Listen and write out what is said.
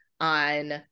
on